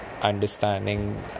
Understanding